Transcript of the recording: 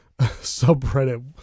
subreddit